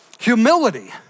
Humility